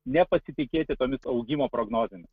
nepasitikėti tomis augimo prognozėmis